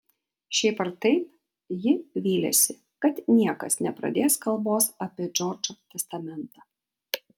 šiaip ar taip ji vylėsi kad niekas nepradės kalbos apie džordžo testamentą